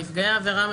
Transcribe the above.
כן?